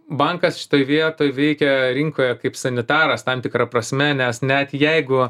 bankas šitoj vietoj veikia rinkoje kaip sanitaras tam tikra prasme nes net jeigu